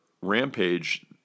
rampage